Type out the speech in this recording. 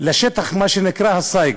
לשטח שנקרא הסייג,